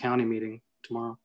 county meeting tomorrow